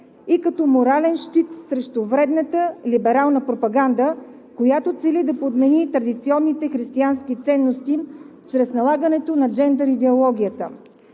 и като морален щит срещу вредната либерална пропаганда, която цели да подмени традиционните християнски ценности чрез налагането на джендър идеологията.